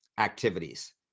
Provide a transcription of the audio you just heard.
Activities